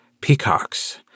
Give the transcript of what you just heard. peacocks